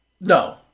No